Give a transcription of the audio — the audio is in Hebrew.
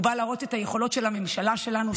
הוא בא להראות את היכולות של הממשלה שלנו,